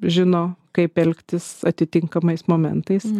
žino kaip elgtis atitinkamais momentais